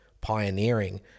pioneering